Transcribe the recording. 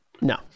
No